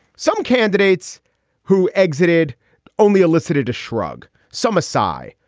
some candidates who exited only elicited a shrug. some assai,